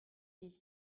ici